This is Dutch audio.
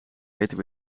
eten